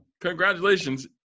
Congratulations